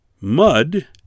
mud